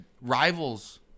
rivals